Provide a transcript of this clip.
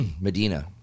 Medina